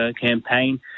campaign